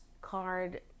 card